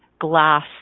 glass